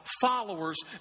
followers